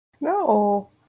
No